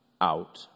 out